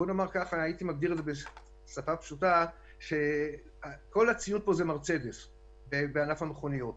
הייתי מגדיר את זה בשפה פשוטה זה מרצדס בענף המכוניות.